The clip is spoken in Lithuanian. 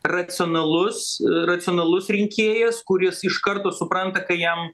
racionalus racionalus rinkėjas kuris iš karto supranta kai jam